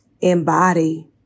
embody